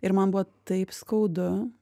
ir man buvo taip skaudu